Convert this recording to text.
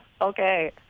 Okay